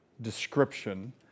description